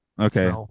okay